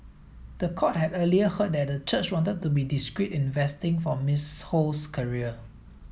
the court had earlier heard that the church wanted to be discreet in investing for Miss Ho's career